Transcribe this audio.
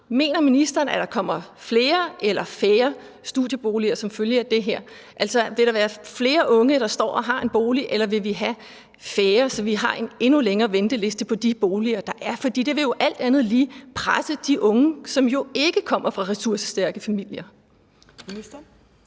Mener ministeren, at der kommer flere eller færre studieboliger som følge af det her? Altså vil der være flere unge, der står og har en bolig, eller vil vi have færre, så vi har en endnu længere venteliste på de boliger, der er? For det vil jo alt andet lige presse de unge, som jo ikke kommer fra ressourcestærke familier. Kl.